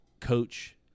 coach